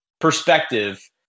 perspective